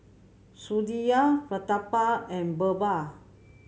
Sudhir Pratap and Birbal